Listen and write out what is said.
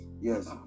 yes